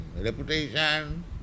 reputation